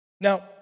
Now